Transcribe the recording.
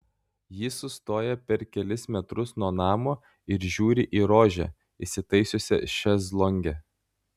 ji sustoja per kelis metrus nuo namo ir žiūri į rožę įsitaisiusią šezlonge